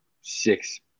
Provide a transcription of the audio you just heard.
six